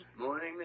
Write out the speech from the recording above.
Morning